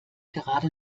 gerade